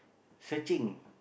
searching